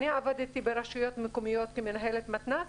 אני עבדתי ברשויות מקומיות כמנהלת מתנ"ס